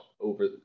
over